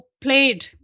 played